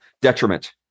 detriment